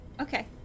okay